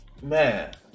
Man